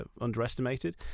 underestimated